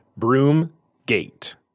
Broomgate